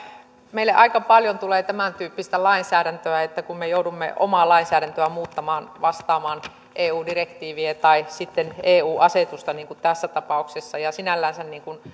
meille aika paljon tulee tämäntyyppistä lainsäädäntöä että me joudumme omaa lainsäädäntöämme muuttamaan vastaamaan eu direktiiviä tai sitten eu asetusta niin kuin tässä tapauksessa sinällänsä